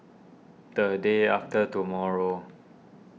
the day after tomorrow